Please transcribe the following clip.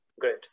Great